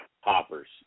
hoppers